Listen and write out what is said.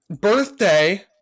birthday